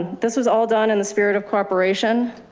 this was all done in the spirit of cooperation,